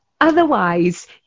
otherwise